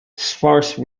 sparse